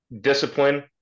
discipline